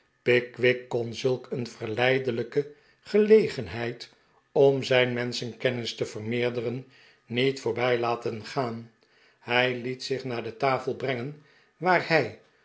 pickwick kon zulk een verleidelijke gelegenheid om zijn menschenkennis te vermeerderen niet voorbij laten gaan hij liet zich naar de tafel brengen waar hij